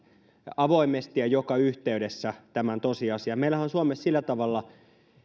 avoimesti ja joka yhteydessä tämän tosiasian meillähän on suomessa sillä tavalla